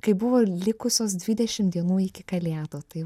kai buvo likusios dvidešim dienų iki kalėdų tai